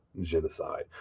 genocide